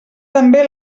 també